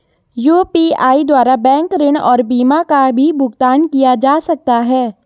UPI द्वारा bank ऋण और बीमा का भी भुगतान किया जा सकता है?